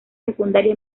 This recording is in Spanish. secundaria